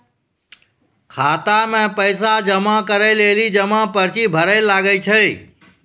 खाता मे पैसा जमा करै लेली जमा पर्ची भरैल लागै छै